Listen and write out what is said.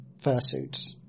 fursuits